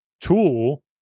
tool